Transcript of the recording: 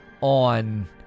on